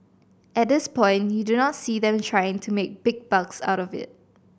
at this point you do not see them trying to make big bucks out of it